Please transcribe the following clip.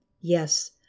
Yes